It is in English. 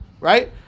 Right